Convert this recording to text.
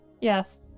Yes